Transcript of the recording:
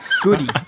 Goody